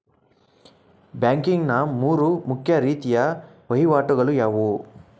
Banking ನ ಮೂರು ಮುಖ್ಯ ರೀತಿಯ ವಹಿವಾಟುಗಳು ಯಾವುವು?